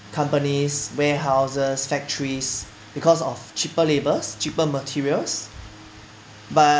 companies warehouses factories because of cheaper labors cheaper materials but